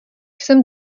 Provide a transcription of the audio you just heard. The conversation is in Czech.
jsem